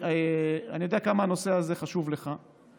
שאני יודע עד כמה הנושא הזה חשוב לך.